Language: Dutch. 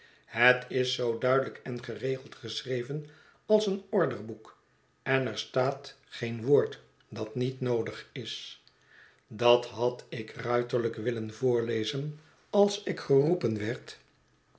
het is zoo duidelijk en geregeld geschreven als een orderboek en er staat geen woord dat niet noodig is dat had ik ruiterlijk willen voorlezen als ik geroepen werd